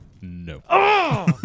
No